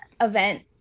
event